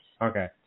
Okay